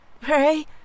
Pray